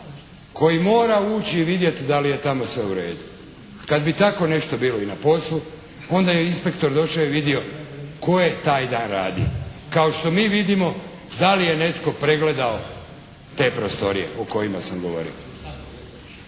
koji mora ući i vidjeti da li je tamo sve u redu. Kad bi takvo nešto bilo i na poslu onda je inspektor došao i vidio tko je taj dan radio. Kao što mi vidimo da li je netko pregledao te prostorije o kojima sam govorio.